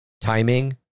timing